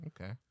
Okay